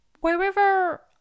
wherever